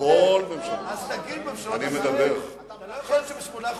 אז תגיד "ממשלות